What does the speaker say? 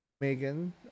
Megan